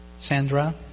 Sandra